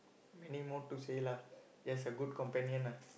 many more to say lah just a good companion lah